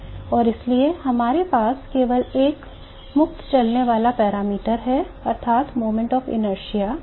और इसलिए हमारे पास केवल एक मुक्त चलने वाला पैरामीटर है अर्थात् moment of inertia